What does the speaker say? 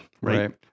Right